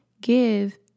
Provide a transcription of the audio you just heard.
give